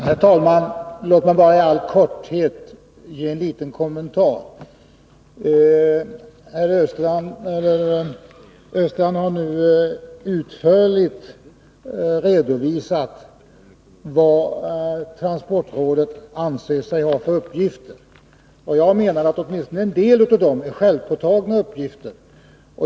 Herr talman! Låt mig bara i all korthet göra en liten kommentar. Herr Östrand har nu utförligt redovisat vad transportrådet anser sig ha för uppgifter. Jag menar att åtminstone en del av dem är självpåtagna uppgifter.